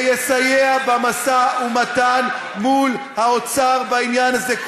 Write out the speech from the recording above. זה יסייע במשא ומתן מול האוצר בעניין הזה.